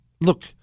Look